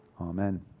amen